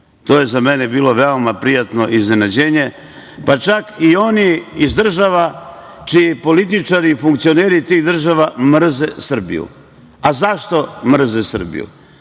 to je za mene bilo veoma prijatno iznenađenje, pa čak i oni iz država čiji političari i funkcioneri tih država mrze Srbiju. Zašto mrze Srbiju?